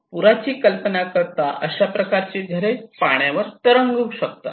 पुराची कल्पना करता अशा प्रकारची घरे पाण्यावर तरंगू शकतात